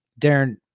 Darren